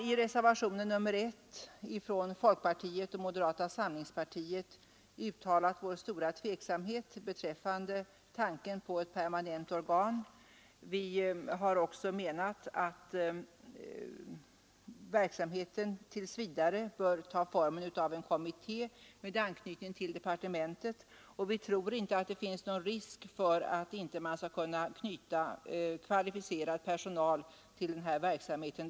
I reservationen 1 från folkpartiet och moderata samlingspartiet uttalas stor tveksamhet beträffande tanken på ett permanent organ. Vi har också menat att verksamheten tills vidare bör ta formen av en kommitté med anknytning till departementet. Vi tror inte att det finns någon risk för att man inte skall kunna knyta kvalificerad personal till den verksamheten.